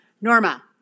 Norma